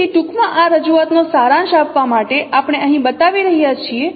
તેથી ટૂંકમાં આ રજૂઆતનો સારાંશ આપવા માટે આપણેઅહીં બતાવી રહ્યા છીએ